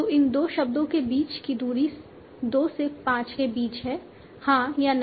तो इन दो शब्दों के बीच की दूरी 2 से 5 के बीच है हाँ या नहीं